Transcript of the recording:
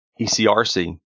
ECRC